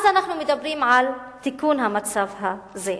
אז אנחנו מדברים על תיקון המצב הזה.